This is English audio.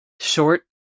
short